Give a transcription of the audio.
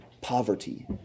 poverty